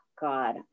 God